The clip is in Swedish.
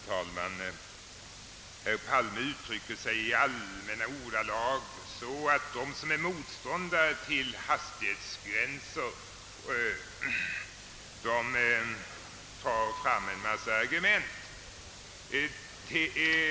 Herr talman! Herr Palme talade i allmänna ordalag om att de som är motståndare till hastighetsgränser hittar på en massa argument.